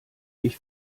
ich